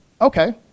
Okay